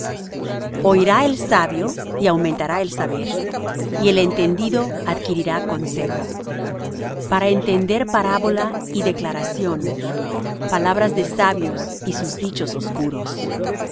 cordura oirá el sabio y aumentará el saber y el entendido adquirirá consejo para entender parábola y declaración palabras de sabios y sus dichos oscuros